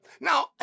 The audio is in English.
Now